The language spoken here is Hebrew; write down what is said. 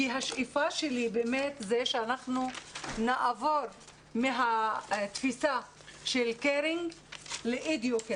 כי השאיפה שלי זה שאנחנו נעבור מהתפיסה של caring ל-educaring.